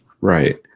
right